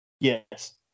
Yes